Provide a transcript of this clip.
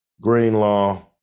Greenlaw